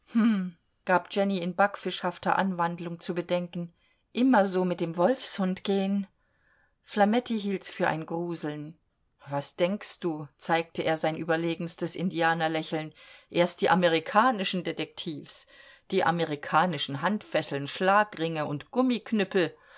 gab jenny in backfischhafter anwandlung zu bedenken immer so mit dem wolfshund gehen flametti hielt's für ein gruseln was denkst du zeigte er sein überlegenstes indianerlächeln erst die amerikanischen detektivs die amerikanischen handfesseln schlagringe und